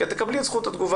את תקבלי את זכות התגובה.